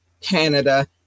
Canada